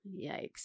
yikes